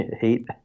Heat